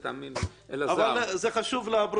זה חשוב לפרוטוקול.